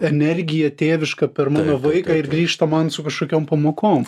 energija tėviška per mano vaiką ir grįžta man su kažkokiom pamokom